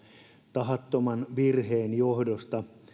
tahattoman virheen johdosta